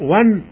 one